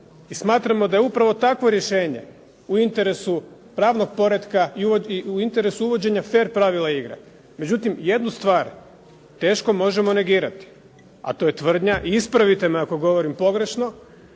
smatramo da je upravo tako rješenje u interesu pravnog poretka i u interesu uvođenja fer pravila igre. Međutim jednu stvar teško možemo negirati, a to je tvrdnja i ispravite me ako govorim pogrešno,